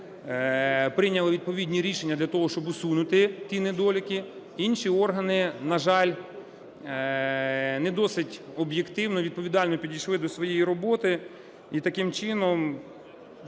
прийняли відповідні рішення для того, щоб усунути ті недоліки. Інші органи, на жаль, не досить об'єктивно, відповідально підійшли до своєї роботи.